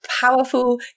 powerful